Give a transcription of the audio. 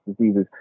diseases